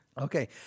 Okay